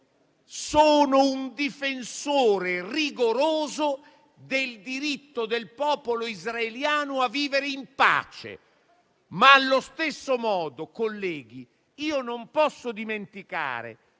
un difensore rigoroso del diritto del popolo israeliano a vivere in pace, ma allo stesso modo, colleghi, io non posso dimenticare